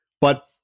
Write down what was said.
but-